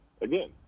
again